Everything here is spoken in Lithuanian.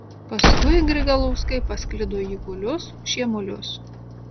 paskui grigalauskai pasklido į kulius šiemulius